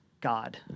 God